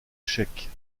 tchèques